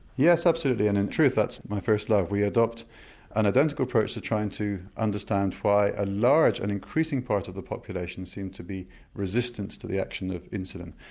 yes absolutely and in truth that's my first love, we adopt an identical approach to try and understand why a large and increasing part of the population seems to be resistant to the action of insulin.